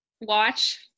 watch